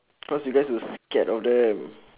cause you guys were scared of them